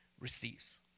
receives